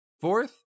Fourth